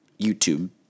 YouTube